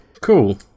Cool